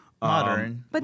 modern